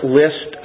list